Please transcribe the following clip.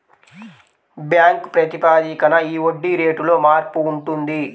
bank ప్రాతిపదికన ఈ వడ్డీ రేటులో మార్పు ఉంటుంది